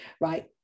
right